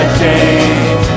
change